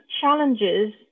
challenges